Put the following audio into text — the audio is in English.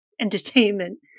entertainment